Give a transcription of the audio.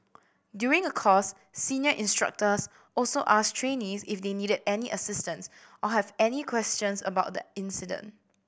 during a course senior instructors also asked trainees if they needed any assistance or have any questions about the incident